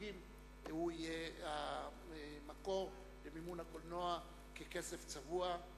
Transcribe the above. מהתמלוגים יהיה המקור למימון הקולנוע ככסף צבוע.